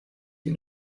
you